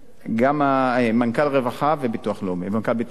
מנכ"ל משרד הרווחה ומנכ"ל ביטוח לאומי.